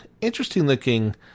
interesting-looking